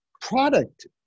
product